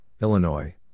Illinois